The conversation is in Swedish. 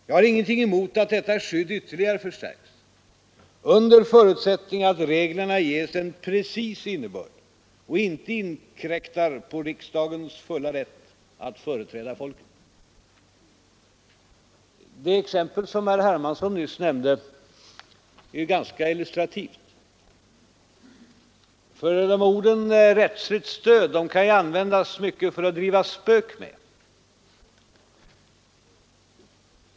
Jag har ingenting emot att detta skydd ytterligare förstärks, under förutsättning att reglerna ges en precis innebörd och inte inkräktar på riksdagens fulla rätt att företräda folket. Det exempel som herr Hermansson nyss nämnde är ganska illustrativt. Orden ”rättsligt stöd” kan ju användas mycket för att ”driva spök med”.